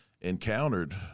encountered